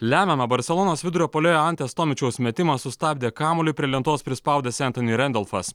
lemiamą barselonos vidurio puolėją antes tomičiaus metimą sustabdė kamuolį prie lentos prispaudęs antony rendolfas